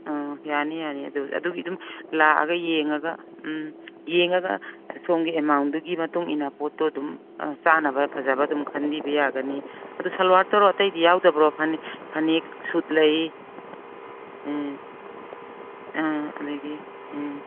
ꯑ ꯌꯥꯅꯤ ꯌꯥꯅꯤ ꯑꯗꯨꯒꯤ ꯃꯗꯨꯝ ꯂꯥꯛꯑꯒ ꯌꯦꯡꯉꯒ ꯎꯝ ꯌꯦꯡꯉꯒ ꯁꯣꯝꯒꯤ ꯑꯦꯃꯥꯎꯟꯗꯨꯒꯤ ꯃꯇꯨꯡ ꯏꯟꯅ ꯄꯣꯠꯇꯨ ꯑꯗꯨꯝ ꯆꯥꯅꯕ ꯐꯖꯕ ꯑꯗꯨꯝ ꯈꯟꯕꯤꯕ ꯌꯥꯒꯅꯤ ꯑꯗꯨ ꯁꯜꯋꯥꯔꯇꯔꯣ ꯑꯇꯩꯗꯤ ꯌꯥꯎꯗꯕ꯭ꯔꯣ ꯐꯅꯦꯛ ꯁꯨꯠ ꯂꯩ ꯎꯝ ꯎꯝ ꯑꯗꯒꯤ ꯎꯝ